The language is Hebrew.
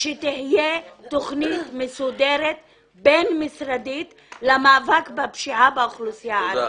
תהיה תוכנית מסודרת בין-משרדית למאבק בפשיעה בקרב האוכלוסייה הערבית.